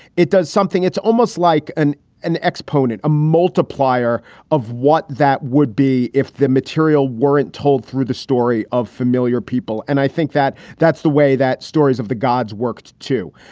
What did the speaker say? it does something it's almost like an an exponent, a multiplier of what that would be if the material weren't told through the story of familiar people. and i think that that's the way that stories of the gods work, too.